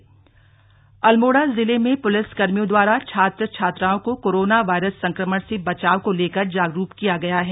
अल्मोड़ा जागरूकता अल्मोड़ा जिले में पुलिस कर्मियों द्वारा छात्र छात्राओं को कोरना वायरस संक्रमण से बचाव को लेकर जागरूक किया गया है